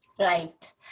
Right